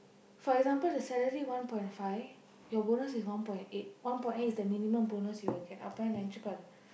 for example a salary one point five your bonus is one point eight one point eight is the minimum bonus you will get அப்பனா நினைச்சு பாரு:appanaa ninaichsu paaru